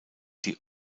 die